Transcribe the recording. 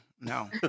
no